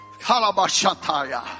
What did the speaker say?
Kalabashataya